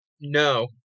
no